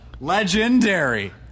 Legendary